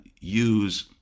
use